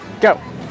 Go